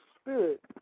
Spirit